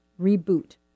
reboot